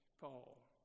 Paul